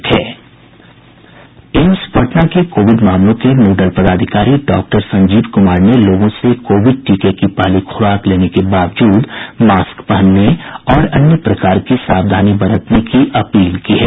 AIIMS Patna के covid मामलों के नोडल पदाधिकारी डॉक्टर संजीव कुमार ने लोगों से कोविड टीके की पहली खुराक लेने के बावजूद मास्क पहनने और अन्य प्रकार की सावधानी बरतने की अपील की है